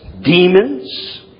demons